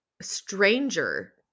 stranger